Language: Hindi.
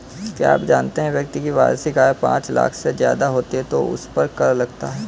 क्या आप जानते है व्यक्ति की वार्षिक आय पांच लाख से ज़्यादा होती है तो उसपर कर लगता है?